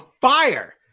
fire